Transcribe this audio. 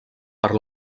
per